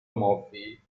مافی